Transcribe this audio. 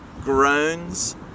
groans